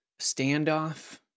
standoff